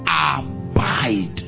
abide